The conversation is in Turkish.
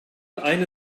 aynı